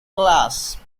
class